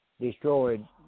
destroyed